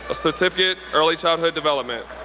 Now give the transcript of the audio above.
ah certificate, early childhood development.